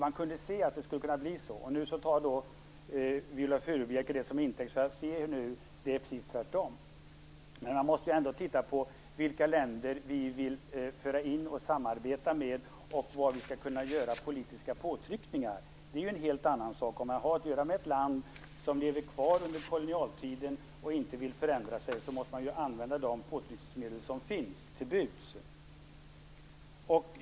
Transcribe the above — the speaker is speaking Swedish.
Man kunde se hur det skulle bli. Nu tar Viola Furubjelke det som intäkt för att visa att det är precis tvärtom. Man måste ju ändå titta på vilka länder vi vill föra in och samarbeta med och var vi skall kunna göra politiska påtryckningar. Det är en helt annan sak. Om man har att göra med ett land som lever kvar i kolonialtiden och inte vill förändra sig, måste man använda de påtryckningsmedel som finns.